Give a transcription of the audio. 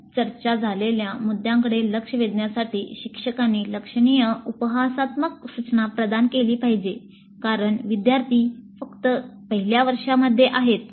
आधीच चर्चा झालेल्या मुद्द्यांकडे लक्ष वेधण्यासाठी शिक्षकांनी लक्षणीय उपहासात्मक सूचना प्रदान केली पाहिजे कारण विद्यार्थी फक्त पहिल्या वर्षामध्ये आहेत